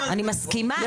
אני מסכימה,